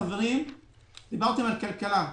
דברתם על כלכלה,